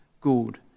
good